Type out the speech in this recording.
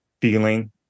feeling